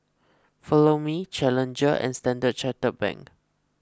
Follow Me Challenger and Standard Chartered Bank